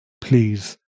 please